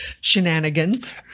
shenanigans